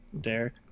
Derek